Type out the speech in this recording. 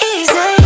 Easy